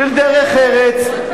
של דרך ארץ.